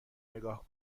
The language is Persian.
نگاه